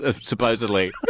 Supposedly